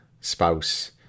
spouse